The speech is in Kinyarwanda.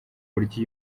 buryo